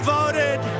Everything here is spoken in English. voted